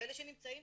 ואלה שנמצאים,